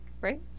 right